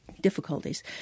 difficulties